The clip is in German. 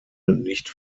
nicht